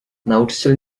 nauczyciel